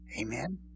Amen